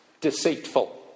deceitful